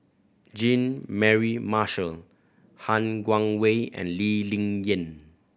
Jean Mary Marshall Han Guangwei and Lee Ling Yen